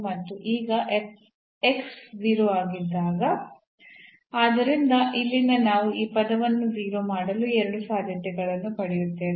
ಮತ್ತು ಈಗ 0 ಆಗಿದ್ದಾಗ ಆದ್ದರಿಂದ ಇಲ್ಲಿಂದ ನಾವು ಈ ಪದವನ್ನು 0 ಮಾಡಲು ಎರಡು ಸಾಧ್ಯತೆಗಳನ್ನು ಪಡೆಯುತ್ತೇವೆ